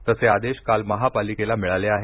तसे आदेश काल महापालिकेला मिळाले आहेत